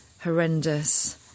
horrendous